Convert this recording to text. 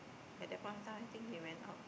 at that point of time I think they went out